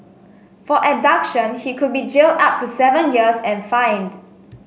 for abduction he could be jailed up to seven years and fined